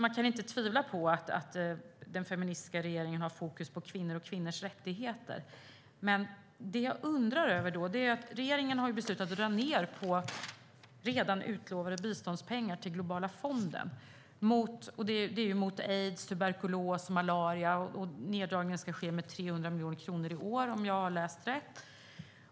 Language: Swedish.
Man kan inte tvivla på att den feministiska regeringen har fokus på kvinnor och kvinnors rättigheter. Men regeringen har beslutat att dra ned på redan utlovade biståndspengar till Globala fonden mot aids, tuberkulos och malaria. Denna neddragning ska ske med 300 miljoner kronor i år, om jag har läst rätt.